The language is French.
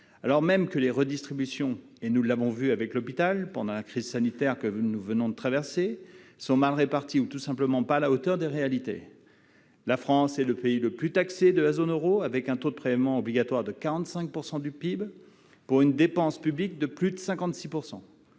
alors même que les redistributions- nous l'avons vu avec l'hôpital pendant la crise sanitaire que nous venons de traverser -sont mal réparties ou, tout simplement, ne sont pas à la hauteur des réalités. La France est le pays le plus taxé de la zone euro, avec un taux de prélèvements obligatoires de 45 % du PIB, pour une dépense publique représentant